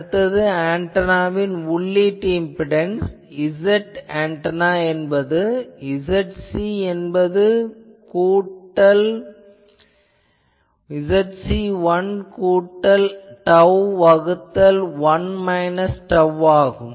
அடுத்தது ஆன்டெனாவின் உள்ளீட்டு இம்பிடன்ஸ் Zantenna என்பது Zc 1 கூட்டல் tau வகுத்தல் 1 மைனஸ் tau ஆகும்